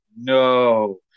no